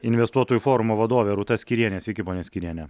investuotojų forumo vadovė rūta skyrienė sveiki ponia skyriene